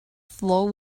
floor